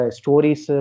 stories